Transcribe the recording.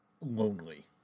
lonely